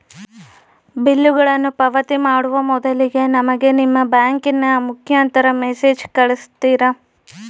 ಬಿಲ್ಲುಗಳನ್ನ ಪಾವತಿ ಮಾಡುವ ಮೊದಲಿಗೆ ನಮಗೆ ನಿಮ್ಮ ಬ್ಯಾಂಕಿನ ಮುಖಾಂತರ ಮೆಸೇಜ್ ಕಳಿಸ್ತಿರಾ?